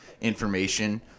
information